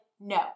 no